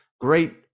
great